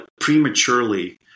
prematurely